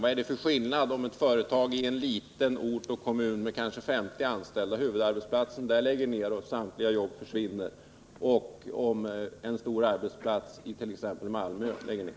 Då vill jag fråga honom helt kort: Om ett företag som har kanske 50 anställda i en liten ort eller kommun men som är huvudarbetsplatsen där lägger ned och samtliga jobb försvinner — vad är skillnaden ur trygghetssynpunkt för människorna mot om en stor arbetsplats it.ex. Malmö läggs ned?